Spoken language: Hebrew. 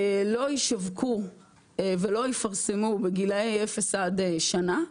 לא ישווקו ולא יפרסמו בגילאי אפס עד שנה,